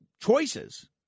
choices